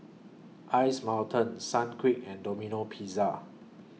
Ice Mountain Sunquick and Domino Pizza